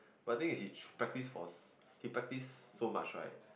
but the thing is he practice for he practice so much right